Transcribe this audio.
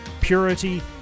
purity